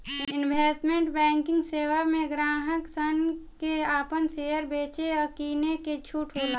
investment banking सेवा में ग्राहक सन के आपन शेयर बेचे आ किने के छूट होला